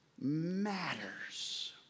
matters